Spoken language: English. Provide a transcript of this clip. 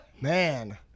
man